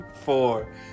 four